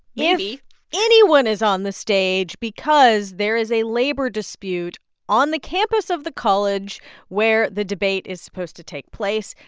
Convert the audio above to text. yeah maybe. if anyone is on the stage because there is a labor dispute on the campus of the college where the debate is supposed to take place.